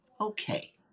okay